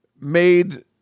made